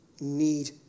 need